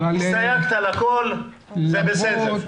זה בסדר.